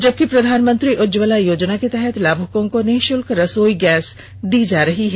जबकि प्रधानमंत्री उज्जवला योजना के तहत लाभुकों को निःषुल्क रसोई गैस दी जा रही है